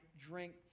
drink